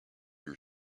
your